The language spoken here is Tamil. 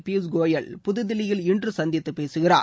பியூஷ் கோயல் புதுதில்லியில் இன்று சந்தித்துப் பேசுகிறார்